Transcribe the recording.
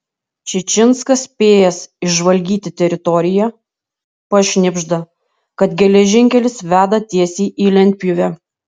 čičinskas spėjęs išžvalgyti teritoriją pašnibžda kad geležinkelis veda tiesiai į lentpjūvę